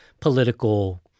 political